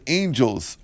angels